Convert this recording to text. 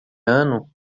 ano